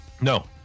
No